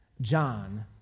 John